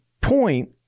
point